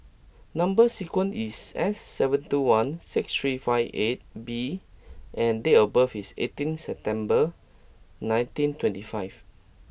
number sequence is S seven two one six three five eight B and date of birth is eighteen September nineteen twenty five